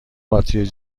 باتری